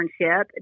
internship